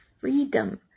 freedom